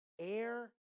air